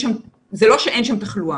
אבל זה לא שאין שם תחלואה.